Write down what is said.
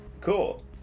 Cool